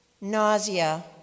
nausea